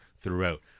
Throughout